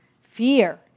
Fear